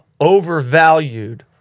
overvalued